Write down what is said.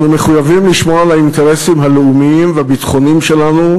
אנו מחויבים לשמור על האינטרסים הלאומיים והביטחוניים שלנו,